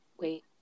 wait